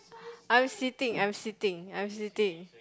I'm sitting I'm sitting I'm sitting